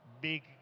big